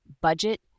budget